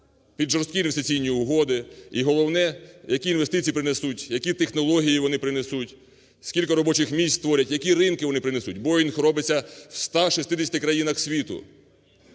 під жорсткі інвестиційні угоди і головне, які інвестиції принесуть, які технології, вони принесуть, скільки робочих місць створять, які ринки вони принесуть. "Боїнг" робиться в 160 країнах світу